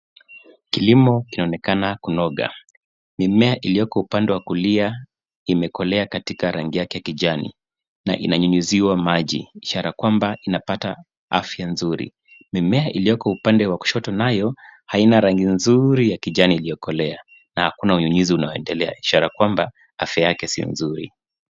Kilimo kinaonekana kunoga, mimea iliyoko upande wa kulia imekolea katika rangi yake ya kijani na inanyunyuziwa maji ishara kwamba inapata afya nzuri. Mimea iliyoko upande wa kushoto nayo haina rangi nzuri ya kijani iliyo kolea na akuna unyunyuzi unaoendelea ishara kwamba afya yake si nzuri.